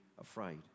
afraid